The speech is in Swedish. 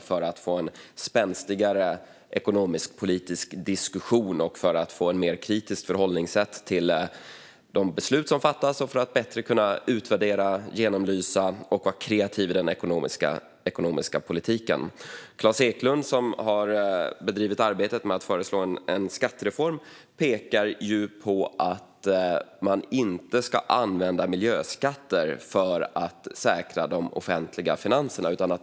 Man ville därigenom få en spänstigare ekonomisk-politisk diskussion, få ett mer kritiskt förhållningssätt till de beslut som fattas och bättre kunna utvärdera, genomlysa och vara kreativ i den ekonomiska politiken. Klas Eklund, som har arbetat med ett förslag om en skattereform, pekar på att man inte ska använda miljöskatter för att säkra de offentliga finanserna.